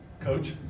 Coach